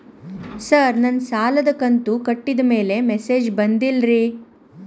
sir ನನ್ನ ಸಾಲದ ಕಂತು ಕಟ್ಟಿದಮೇಲೆ ಮೆಸೇಜ್ ಬಂದಿಲ್ಲ ರೇ